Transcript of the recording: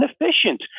inefficient